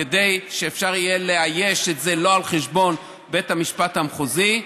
כדי שאפשר יהיה לאייש את זה לא על חשבון בית המשפט המחוזי.